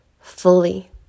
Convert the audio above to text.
fully